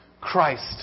Christ